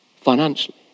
financially